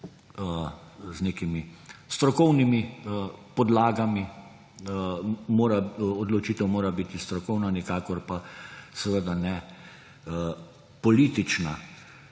z nekimi strokovnimi podlagami, odločitev mora biti strokovna, seveda nikakor pa ne politična.